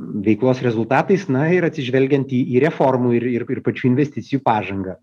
veiklos rezultatais na ir atsižvelgiant į į reformų ir ir ir pačių investicijų pažangą